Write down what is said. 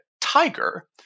tiger